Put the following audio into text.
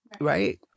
right